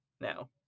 Now